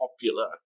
popular